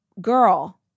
girl